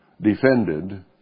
defended